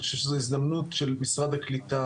אני חושב שזו הזדמנות של משרד הקליטה,